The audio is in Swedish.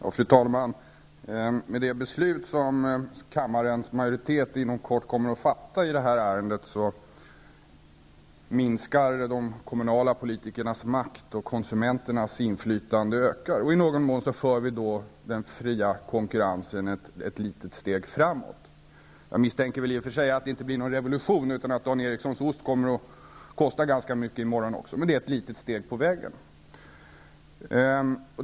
Fru talman! Med det beslut som kammarens majoritet inom kort kommer att fatta i det här ärendet minskar de kommunala politikernas makt, och konsumenternas inflytande ökar. I någon mån för vi då den fria konkurrensen ett litet steg framåt. Jag misstänker väl i och för sig att det inte blir någon revolution utan att Dan Erikssons ost kommer att kosta ganska mycket i morgon också, men det är ett litet steg på vägen.